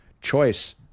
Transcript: choice